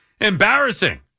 Embarrassing